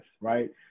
right